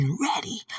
ready